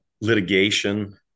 litigation